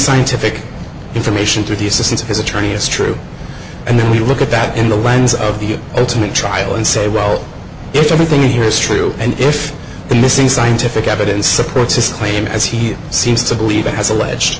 scientific information through the assistance of his attorney is true and then we look at that in the minds of the ultimate trial and say well if everything here is true and if the missing scientific evidence supports this claim as he seems to believe it has allege